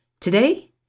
Today